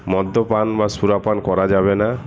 মদ্যপান বা সুরাপান করা যাবে না